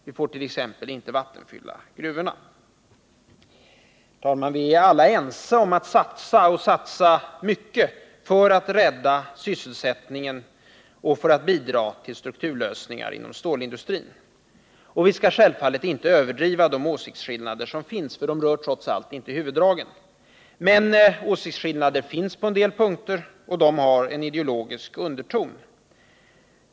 Vi får t.ex. inte vattenfylla gruvorna. Herr talman! Vi är eniga om att satsa, och satsa mycket, för att rädda sysselsättningen och för att bidra till strukturlösningar inom stålindustrin. Vi skall självfallet inte överdriva de åsiktsskillnader som finns, för de rör trots allt inte huvuddragen. Men åsiktsskillnader finns på en del punkter, och de har en ideologisk underton.